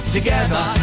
Together